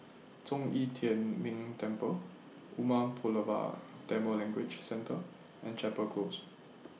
Zhong Yi Tian Ming Temple Umar Pulavar Tamil Language Centre and Chapel Close